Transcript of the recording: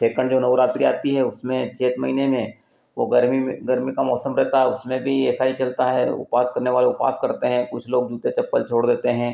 second जो नौरात्रि आती है उसमें चैत महीने में वह गर्मी में गर्मी का मौसम रहता है उसमें भी ऐसा ही चलता है उपवास करने वाले उपवास करते हैं कुछ लोग जूते चप्पल छोड़ देते हैं